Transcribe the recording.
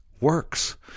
works